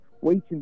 waiting